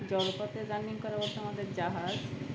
জলপথের journey করার বলতে আমাদের জাহাজ